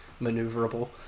maneuverable